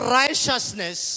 righteousness